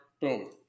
Boom